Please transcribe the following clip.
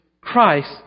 Christ